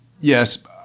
Yes